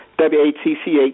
W-A-T-C-H